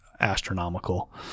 astronomical